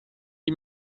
die